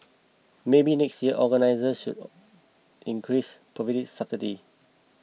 maybe next year organisers should increasing providing subtitles